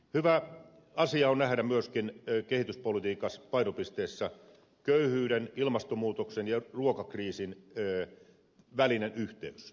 hyvä asia on nähdä myöskin kehityspolitiikan painopisteissä köyhyyden ilmastonmuutoksen ja ruokakriisin välinen yhteys